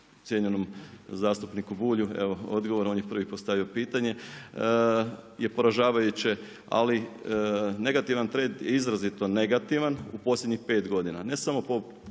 cijenjenom zastupniku Bulju, evo odgovor, on je prvi postavio pitanje, je poražavajuće, ali negativan trend je izrazito negativan u posljednjih 5 godina.